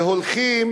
והולכים